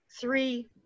three